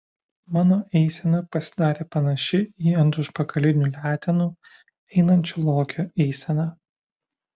mano eisena pasidarė panaši į ant užpakalinių letenų einančio lokio eiseną